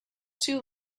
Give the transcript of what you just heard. too